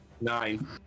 Nine